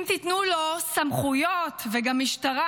אם תיתנו לו סמכויות וגם משטרה,